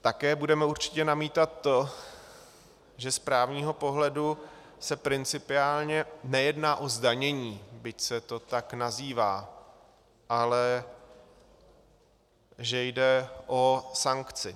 Také budeme určitě namítat to, že z právního pohledu se principiálně nejedná o zdanění, byť se to tak nazývá, ale že jde o sankci.